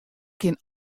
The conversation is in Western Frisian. kin